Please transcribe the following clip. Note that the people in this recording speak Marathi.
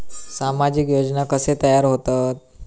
सामाजिक योजना कसे तयार होतत?